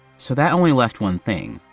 so that only left one thing.